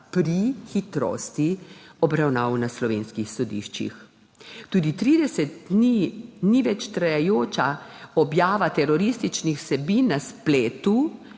pri hitrosti obravnav na slovenskih sodiščih. Tudi 30 dni več trajajoča objava terorističnih vsebin na spletu